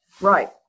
Right